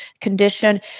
condition